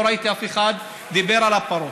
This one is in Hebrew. אני לא ראיתי אף אחד שדיבר על הפרות,